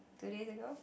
two days ago